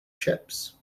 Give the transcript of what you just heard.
chips